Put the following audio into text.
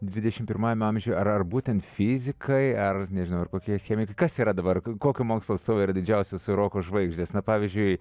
dvidešimt pirmajame amžiuje ar būtent fizikai ar nežinau kokie chemikai kas yra dabar kokio mokslo atstovai yra didžiausios roko žvaigždės na pavyzdžiui